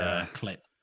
clip